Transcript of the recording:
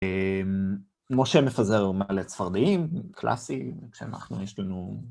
משה מפזר אומר לצפרדים, קלאסי, כשאנחנו יש לנו...